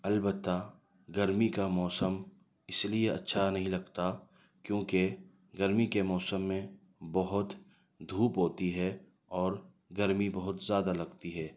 البتہ گرمی کا موسم اس لیے اچھا نہیں لگتا کیوں کہ گرمی کے موسم میں بہت دھوپ ہوتی ہے اور گرمی بہت زیادہ لگتی ہے